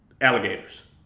alligators